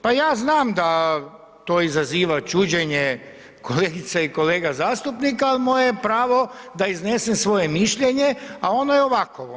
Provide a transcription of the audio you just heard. Pa ja znam da to izaziva čuđenje kolegica i kolega zastupnika, ali moje je pravo da iznesem svoje mišljenje, a ono je ovakovo.